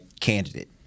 candidate